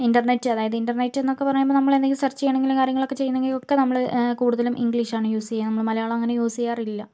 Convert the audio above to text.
internet അതായത് internet എന്നൊക്കെ പറയുമ്പോൾ നമ്മള് എന്തെങ്കിലും സെര്ച്ച് ചെയ്യണമെങ്കിലും കാര്യങ്ങളും ഒക്കെ ചെയ്യണമെങ്കില് ഒക്കെ നമ്മൾ കൂടുതലും ഇംഗ്ലീഷ് ആണ് യൂസ് ചെയ്യുക മലയാളം അങ്ങനെ യൂസ് ചെയ്യാറില്ല